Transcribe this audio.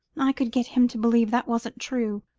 i could get him to believe that wasn't true.